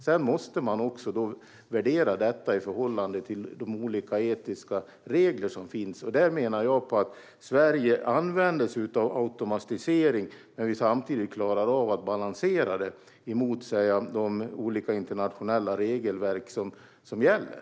Sedan måste detta värderas i förhållande till de olika etiska regler som finns. Jag menar att Sverige använder sig av automatisering men att vi samtidigt klarar av att balansera det emot de olika internationella regelverk som gäller.